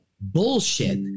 bullshit